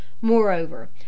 Moreover